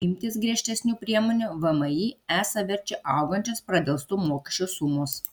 imtis griežtesnių priemonių vmi esą verčia augančios pradelstų mokesčių sumos